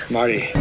Marty